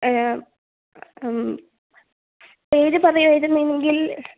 പേര് പറയുമായിരുന്നെങ്കിൽ